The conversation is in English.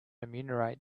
enumerate